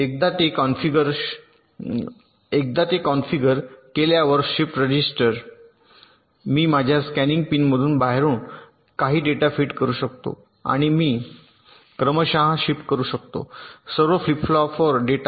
एकदा ते कॉन्फिगर केल्यावर शिफ्ट रजिस्टर मी माझ्या स्कॅनिन पिनमधून बाहेरून काही डेटा फीड करू शकतो आणि मी क्रमशः शिफ्ट करू शकतो सर्व फ्लिप फ्लॉप फ्लॉवर डेटा